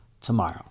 tomorrow